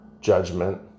Judgment